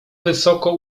wysoko